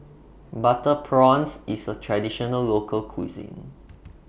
Butter Prawns IS A Traditional Local Cuisine